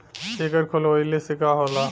एकर खोलवाइले से का होला?